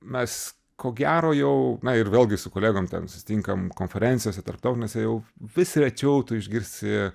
mes ko gero jau na ir vėlgi su kolegom ten susitinkam konferencijose tarptautinėse jau vis rečiau tu išgirsi